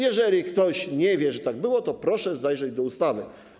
Jeżeli ktoś nie wie, że tak było, to proszę zajrzeć do ustawy.